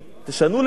תשנו לליף.